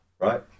Right